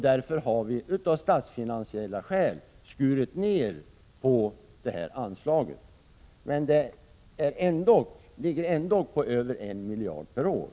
Därför har vi av statsfinansiella skäl skurit ned detta anslag. Men det ligger ändå på över en miljard per år.